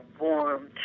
warm